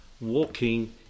walking